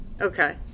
Okay